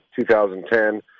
2010